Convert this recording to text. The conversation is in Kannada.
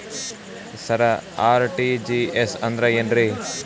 ಸರ ಆರ್.ಟಿ.ಜಿ.ಎಸ್ ಅಂದ್ರ ಏನ್ರೀ?